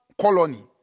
colony